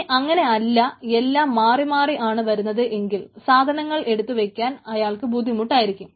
ഇനി അങ്ങനെ അല്ല എല്ലാം മാറി മാറി ആണ് വരുന്നതെങ്കിൽ സാധനങ്ങൾ എടുത്തു വയ്ക്കുവാൻ അയാൾക്ക് ബുദ്ധിമുട്ടായിരിക്കും